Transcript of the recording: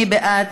מי בעד?